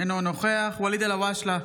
אינו נוכח ואליד אלהואשלה,